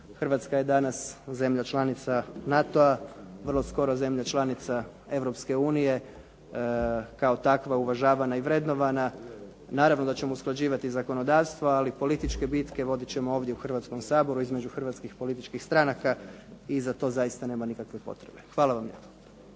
Hrvatska je danas zemlja članica u NATO-a vrlo skoro zemlja članica Europske unije, kao takva uvažavana i vrednovana. Naravno da ćemo usklađivati zakonodavstvo ali političke bitke vodit ćemo ovdje u Hrvatskom saboru između hrvatskih političkih stranaka. I za to zaista nema nikakve potrebe. Hvala vam